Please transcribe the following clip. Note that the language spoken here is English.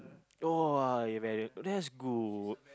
!wah! you very that's good